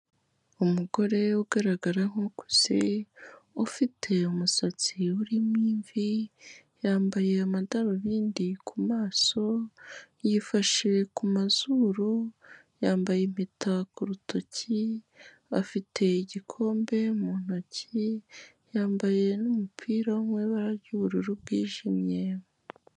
Umugore ugaragara nk'ukuze, ufite umusatsi urimo imvi, yambaye amadarubindi ku maso, yifashe ku mazuru, yambaye impeta ku rutoki, afite igikombe mu ntoki, yambaye n'umupira wo mu ibara ry'ubururu bwijimye.